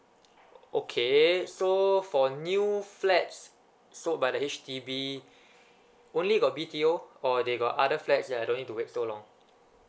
okay so for new flats sold by the H_D_B only got B_T_O or they got other flats that I don't need to wait so long